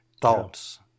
thoughts